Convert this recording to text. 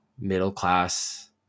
middle-class